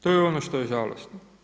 To je ono što je žalosno.